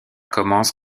commence